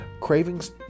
cravings